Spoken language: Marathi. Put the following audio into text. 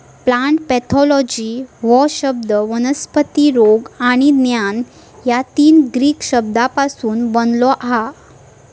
प्लांट पॅथॉलॉजी ह्यो शब्द वनस्पती रोग आणि ज्ञान या तीन ग्रीक शब्दांपासून बनलो हा